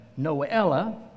Noella